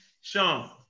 Sean